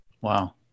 wow